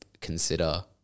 consider